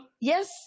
Yes